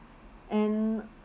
and